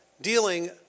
dealing